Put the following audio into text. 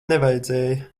nevajadzēja